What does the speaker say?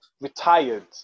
retired